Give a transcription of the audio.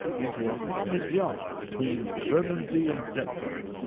into a farmer's yard, between bermondsey and deptford,